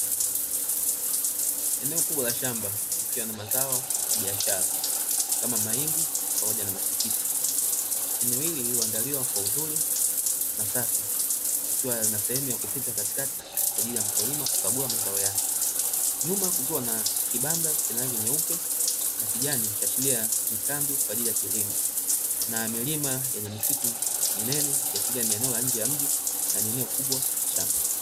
Eneo kubwa la shamba likiwa na mazao ya biashara kama mahindi pamoja na matikiti. Eneo hili limeandaliwa kwa uzuri na safi likiwa na sehemu ya kupita katikati kwa ajili ya mkulima kukagua mazao yake. Nyuma kukiwa na kibanda chenye rangi nyeupe na kijani ikiashiria ni kambi kwa ajili ya kilimo na milima yenye misitu minene ikiashria ni eneo ya nje ya mji na ni eneo kubwa la shamba.